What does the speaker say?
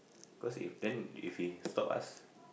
cause if then if he stop us